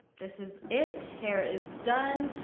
this is it. hair is done,